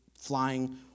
flying